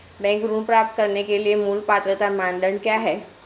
Bank ऋण प्राप्त करने के लिए मूल पात्रता मानदंड क्या हैं?